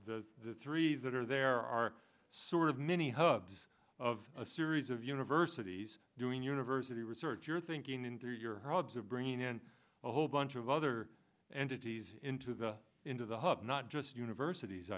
essence the three that are there are sort of mini hubs of a series of universities doing university research you're thinking in through your hubs of bringing in a whole bunch of other entities into the into the hub not just universities